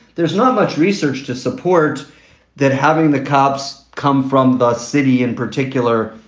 there's not much research to support that. having the cops come from the city in particular,